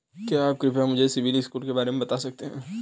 क्या आप कृपया मुझे सिबिल स्कोर के बारे में बता सकते हैं?